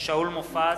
שאול מופז,